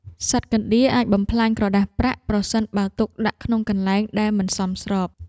សត្វកណ្តៀរអាចបំផ្លាញក្រដាសប្រាក់ ប្រសិនបើទុកដាក់ក្នុងកន្លែងដែលមិនសមស្រប។